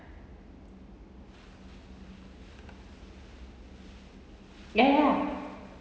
ya ya